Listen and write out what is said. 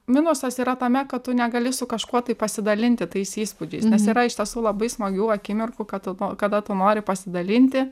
minusas yra tame kad tu negali su kažkuo tai pasidalinti tais įspūdžiai nes yra iš tiesų labai smagių akimirkų kada kada tu nori pasidalinti